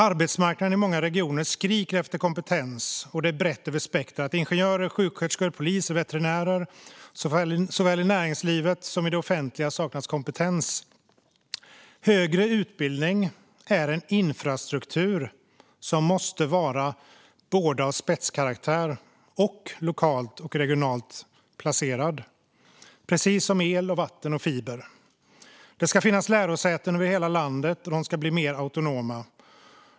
Arbetsmarknaden i många regioner skriker efter kompetens, brett över spektrumet. Det handlar om ingenjörer, sjuksköterskor, polis och veterinärer. Såväl i näringslivet som i det offentliga saknas kompetens. Högre utbildning är en infrastruktur som måste vara både av spetskaraktär och lokalt och regionalt placerad, precis som el, vatten och fiber. Det ska finnas lärosäten över hela landet, och de ska bli mer autonoma.